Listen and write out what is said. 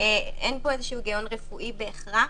אין פה איזשהו היגיון רפואי בהכרח,